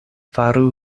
faru